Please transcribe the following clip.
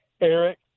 Eric